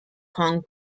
hong